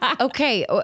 Okay